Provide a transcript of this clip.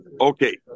Okay